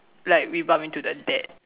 like we bumped into the dad